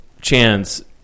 chance